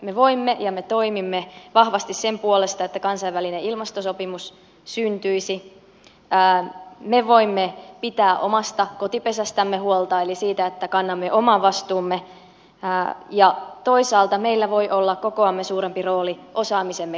me voimme toimia ja me toimimme vahvasti sen puolesta että kansainvälinen ilmastosopimus syntyisi me voimme pitää omasta kotipesästämme huolta eli siitä että kannamme oman vastuumme ja toisaalta meillä voi olla kokoamme suurempi rooli osaamisemme kautta